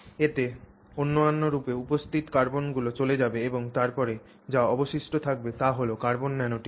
এতে অন্যান্য রূপে উপস্থিত কার্বনগুলো চলে যাবে এবং তারপরে যা অবশিষ্ট থাকবে তা হল কার্বন ন্যানোটিউব